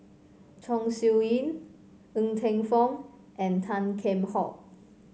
Chong Siew Ying Ng Teng Fong and Tan Kheam Hock